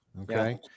okay